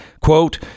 quote